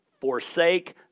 forsake